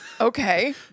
Okay